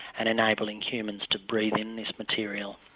and enabling humans to breathe in this material.